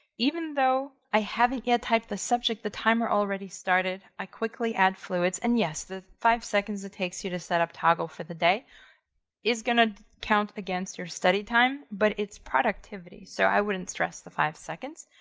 even though i haven't yet typed the subject, the timer already started, i quickly add fluids and yes, the five seconds it takes you to set up toggl for the day is gonna count against your study time, but it's productivity. so i wouldn't stress the five seconds.